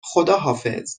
خداحافظ